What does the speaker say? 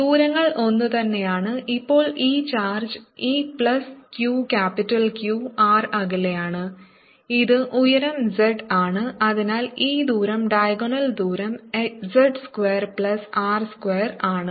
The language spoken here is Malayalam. ദൂരങ്ങൾ ഒന്നുതന്നെയാണ് ഇപ്പോൾ ഈ ചാർജ് ഈ plus Q capital Q R അകലെയാണ് ഇത് ഉയരം z ആണ് അതിനാൽ ഈ ദൂരം ഡയഗണൽ ദൂരം z square plus R square ആണ്